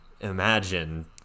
imagine